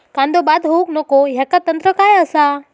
कांदो बाद होऊक नको ह्याका तंत्र काय असा?